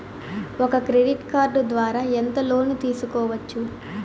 ఒక credit card ద్వారా ఎంత లోను తీసుకోవచ్చు?